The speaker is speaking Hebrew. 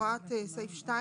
הוראת סעיף 2,